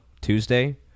Tuesday